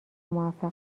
موفق